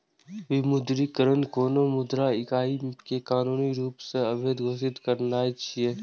विमुद्रीकरण कोनो मुद्रा इकाइ कें कानूनी रूप सं अवैध घोषित करनाय छियै